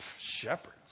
shepherds